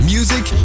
Music